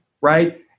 right